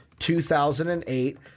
2008